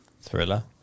Thriller